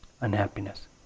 unhappiness